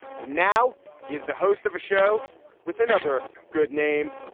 and now he is the host of a show with another good name.